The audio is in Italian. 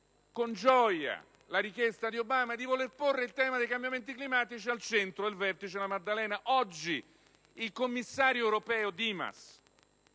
con gioia la richiesta di Obama di voler porre il tema dei cambiamenti climatici al centro del vertice della Maddalena. Oggi, il commissario europeo Dimas,